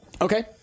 Okay